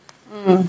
uh